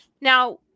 Now